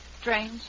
Strange